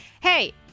Hey